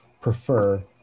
prefer